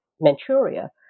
Manchuria